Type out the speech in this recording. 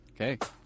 Okay